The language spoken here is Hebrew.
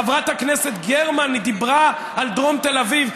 חברת הכנסת גרמן דיברה על דרום תל אביב.